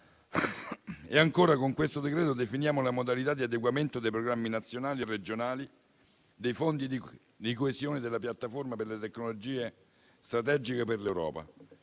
il decreto-legge in esame definiamo la modalità di adeguamento dei programmi nazionali e regionali dei fondi di coesione della piattaforma per le tecnologie strategiche per l'Europa